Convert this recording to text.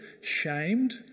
shamed